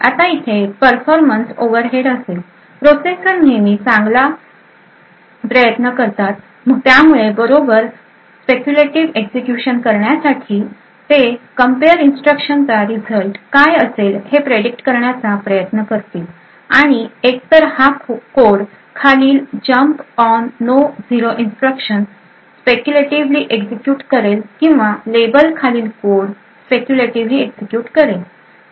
आता इथे performance overhead असेल प्रोसेसर नेहमीच चांगला प्रयत्न करतात त्यामुळे बरोबर स्पेक्यूलेटीव्हएक्झिक्युशन करण्यासाठी ते कंपेयर इन्स्ट्रक्शन चा रिझल्ट काय असेल हे प्रेडिक्ट करण्याचा प्रयत्न करतील आणि एकतर हा कोड खालील jump on no zero instruction speculatively execute करेल किंवा लेबल खालील कोड स्पेक्यूलेटीव्हली एक्झिक्युट करेल